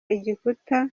igikuta